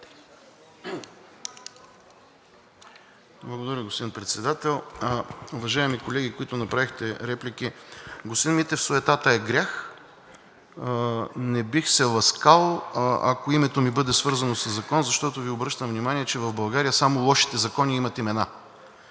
Благодаря, господин Председател. Уважаеми колеги, които направихте реплики. Господин Митев, суетата е грях. Не бих се ласкал, ако името ми бъде свързано със закон, защото Ви обръщам внимание, че в България само лошите закони имат имена.